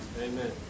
Amen